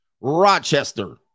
Rochester